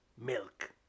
Milk